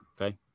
okay